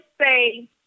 say